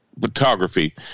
photography